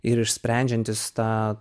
ir išsprendžiantis tą